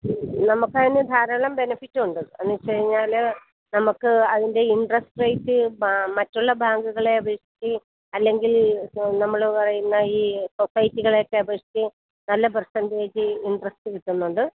നമുക്കതിന് ധാരാളം ബെനിഫിറ്റുണ്ട് എന്നു വെച്ചു കഴിഞ്ഞാൽ നമുക്ക് അതിൻ്റെ ഇൻട്രസ്റ്റ് റേറ്റ് മറ്റുള്ള ബാങ്കുകളെ അപേക്ഷിച്ച് അല്ലെങ്കിൽ നമ്മൾ പറയുന്ന ഈ സൊസൈറ്റികളെയൊക്കെ അപേക്ഷിച്ച് നല്ല പെർസൻറ്റേജ് ഇൻട്രസ്റ്റ് കിട്ടുന്നുണ്ട്